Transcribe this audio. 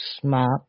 smart